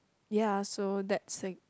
ya so that's a